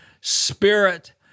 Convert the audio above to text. spirit